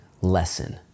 lesson